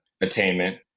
attainment